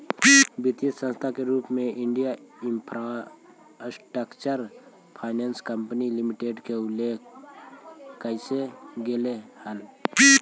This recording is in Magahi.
वित्तीय संस्था के रूप में Indian infrastructure finance company limited के उल्लेख कैल गेले हइ